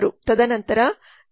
ತದನಂತರ ಇಲ್ಲಿಲ್ಲಿ 2 ಕ್ಯೂಗಳಿವೆ